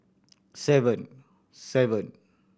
seven seven